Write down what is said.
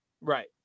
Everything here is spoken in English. right